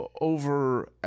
over